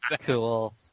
Cool